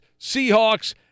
Seahawks